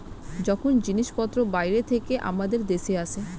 যখন জিনিসপত্র বাইরে থেকে আমাদের দেশে আসে